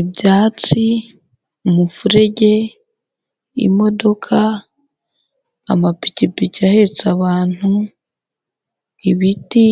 Ibyatsi, umufurege, imodoka, amapikipiki ahetse abantu, ibiti,